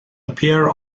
appear